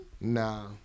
Nah